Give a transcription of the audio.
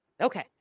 Okay